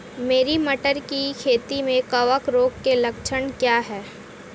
मेरी मटर की खेती में कवक रोग के लक्षण क्या हैं?